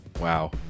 wow